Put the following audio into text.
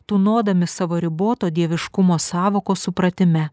tūnodami savo riboto dieviškumo sąvokos supratime